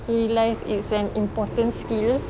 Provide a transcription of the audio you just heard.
realise it's an important skill